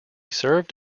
served